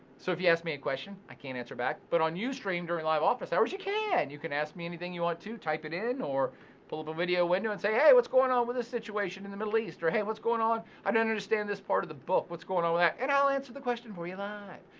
so if you ask me a question i can't answer back. but on ustream during live office hours, you can. you an ask me anything you want to. type it in, or poll the radio winner and say, hey what's going on with this situation in the middle east? or, hey what's going on, i don't understand this part of the book, what's going on with that? and i'll answer the question for you live.